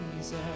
Jesus